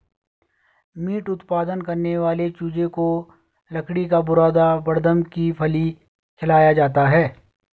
meet उत्पादन करने वाले चूजे को लकड़ी का बुरादा बड़दम की फली खिलाया जाता है